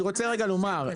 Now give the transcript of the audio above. אני רוצה רגע לומר,